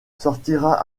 sortira